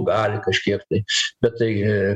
gali kažkiek tai bet tai